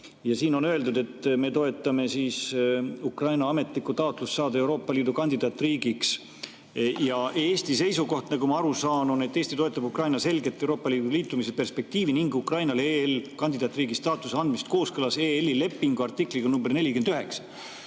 Ja siin on öeldud, et me toetame Ukraina ametlikku taotlust saada Euroopa Liidu kandidaatriigiks. Ja Eesti seisukoht, nagu ma aru saan, on see, et Eesti toetab Ukraina selget Euroopa Liiduga liitumise perspektiivi ning Ukrainale EL-i kandidaatriigi staatuse andmist kooskõlas EL-i lepingu artikliga number 49.